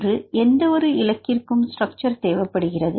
ஒன்று எந்தவொரு இலக்கிற்கும் ஸ்ட்ரக்சர் தேவைப்படுகிறது